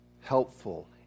helpful